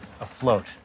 afloat